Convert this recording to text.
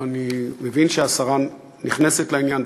השרה נכנסת לעניין,